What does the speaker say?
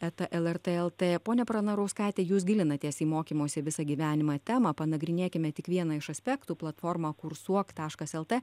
eta lrt lt ponia pranarauskaite jūs gilinatės į mokymosi visą gyvenimą temą panagrinėkime tik vieną iš aspektų platformą kursuok taškas lt